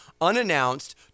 unannounced